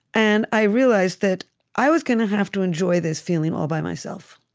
and i realized that i was going to have to enjoy this feeling all by myself.